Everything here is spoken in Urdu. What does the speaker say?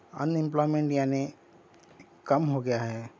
انایمپلائمنٹ یعنی کم ہو گیا ہے